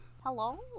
Hello